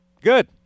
Good